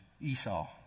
Esau